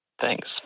Thanks